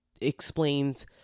explains